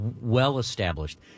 well-established –